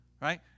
Right